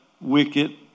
wicked